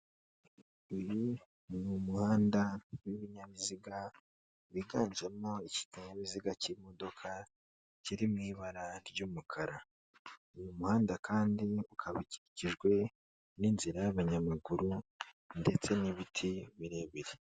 Uyu ni umuhanda w'ibinyabiziga byiganjemo ikinyabiziga cy'imodoka, kiri mu ibara ry'umukara, uyu muhanda kandi ukaba ukikijwe n'inzira y'abanyamaguru ndetse n'ibiti birebire.